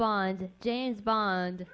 bond james bond